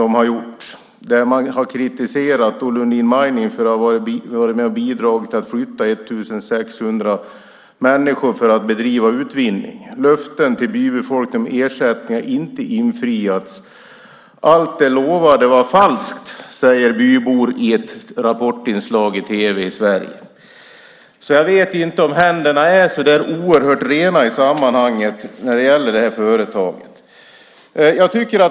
Man har kritiserat Lundin Mining för att ha bidragit till att flytta 1 600 människor för att bedriva utvinning. Löften till bybefolkningen om ersättning har inte infriats. Allt det lovade var falskt, säger bybor i ett Rapport inslag i tv i Sverige. Jag vet inte om händerna är så oerhört rena i sammanhanget när det gäller det här företaget.